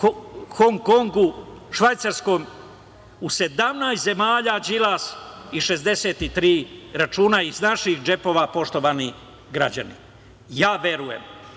Hong Kongu, Švajcarskoj. U 17 zemalja Đilas 63 računa iz naših džepova, poštovani građani. Verujem